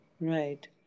Right